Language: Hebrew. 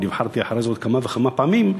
ונבחרתי אחרי זה עוד כמה וכמה פעמים,